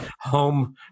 home